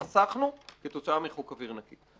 חסכנו 117 מיליארד שקל חסכנו כתוצאה מחוק אוויר נקי.